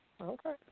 Okay